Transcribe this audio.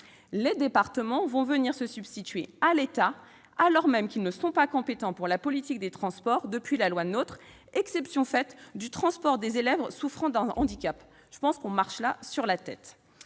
Les départements vont venir se substituer à l'État alors même qu'ils ne sont pas compétents pour la politique des transports depuis la loi NOTRe, exception faite du transport des élèves souffrant d'un handicap. On marche sur la tête